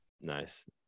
nice